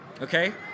Okay